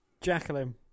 Jacqueline